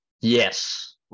Yes